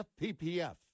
FPPF